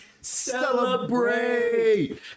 Celebrate